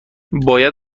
باید